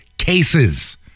Cases